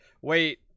wait